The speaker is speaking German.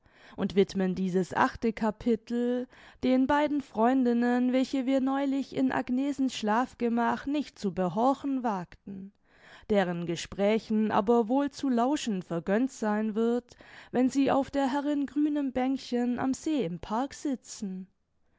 und widmen dieses achte capitel den beiden freundinnen welche wir neulich in agnesens schlafgemach nicht zu behorchen wagten deren gesprächen aber wohl zu lauschen vergönnt sein wird wenn sie auf der herrin grünem bänkchen am see im park sitzen